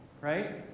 right